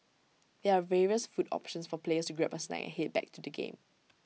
there are various food options for players grab A snack and Head back to the game